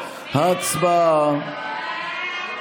הצבעה.